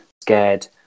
scared